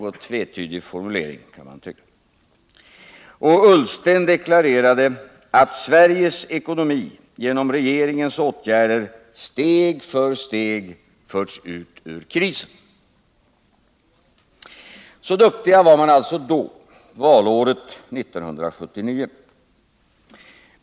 Och Ola Ullsten deklarerade att Sveriges ekonomi genom regeringens åtgärder steg för steg förts ut ur krisen. Så duktig var man alltså då, valåret 1979.